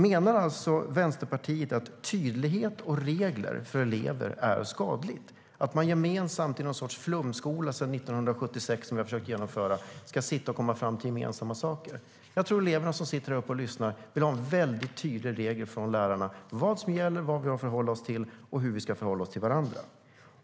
Menar alltså Vänsterpartiet att tydlighet och regler för elever är skadligt och att man gemensamt i någon sorts flumskola - som man försökt genomföra sedan 1976 - ska sitta och komma fram till gemensamma saker? Jag tror att eleverna som sitter på läktaren och lyssnar vill ha väldigt tydliga regler från lärarna om vad som gäller, vad man har att förhålla sig till och hur man ska förhålla sig till varandra.